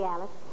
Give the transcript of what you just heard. Alice